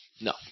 No